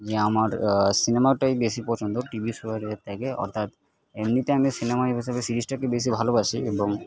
যে আমার সিনেমাটাই বেশি পছন্দ টিভি শোয়ের এর থেকে অর্থাৎ এমনিতে আমি সিনেমা হিসেবে সিরিজটাকে বেশি ভালোবাসি এবং